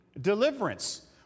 deliverance